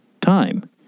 time